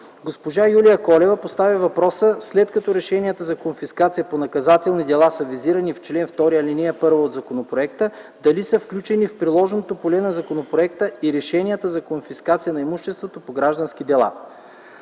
Госпожа Юлияна Колева постави въпроса след като решенията за конфискация по наказателни дела са визирани в чл. 2, ал. 1 от законопроекта, дали са включени в приложното поле на законопроекта и решенията за конфискация на имущество по граждански дела.